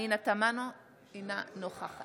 אינה נוכחת